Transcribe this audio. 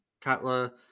Katla